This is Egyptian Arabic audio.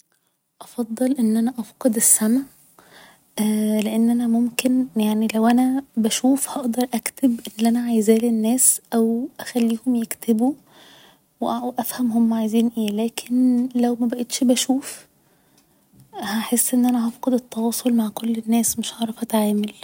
افضل ان أنا افقد السمع لأن أنا ممكن يعني لو أنا بشوف هقدر اكتب اللي أنا عايزاه للناس او اخليهم يكتبوا و افهم هما عايزين ايه لكن لو مبقتش بشوف هحس إن أنا نفقد التواصل مع كل الناس مش هعرف أتعامل